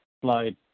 slide